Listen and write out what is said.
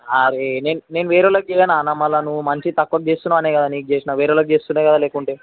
అరే నేను నేను వేరే వాళ్ళకి చేయన అన్న మళ్ళీ నువ్వు మంచిగా తక్కువకి చేస్తున్నావు అనే కదా నీకు చేసిన వేరే వాళ్ళకి చేస్తుండే కదా లేకుంటే